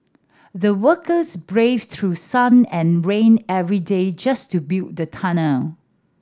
the workers braved through sun and rain every day just to build the tunnel